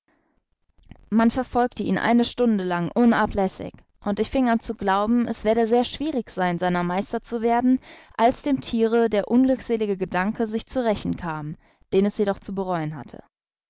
man verfolgte ihn eine stunde lang unablässig und ich fing an zu glauben es werde sehr schwierig sein seiner meister zu werden als dem thiere der unglückselige gedanke sich zu rächen kam den es jedoch zu bereuen hatte